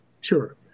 sure